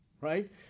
Right